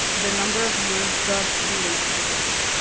the number of years does relate to the risk.